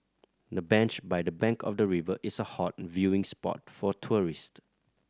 the bench by the bank of the river is a hot viewing spot for tourist